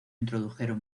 introdujeron